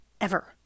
Ever